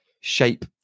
shape